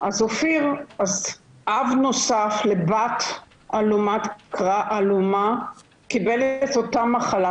אז אב נוסף לבת הלומה קיבל את אותה מחלה,